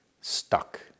stuck